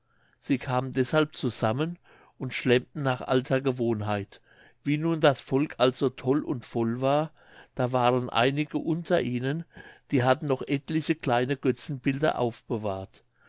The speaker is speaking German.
sie kamen deshalb zusammen und schlemmten nach alter gewohnheit wie nun das volk also toll und voll war da waren einige unter ihnen die hatten noch etliche kleine götzenbilder aufbewahrt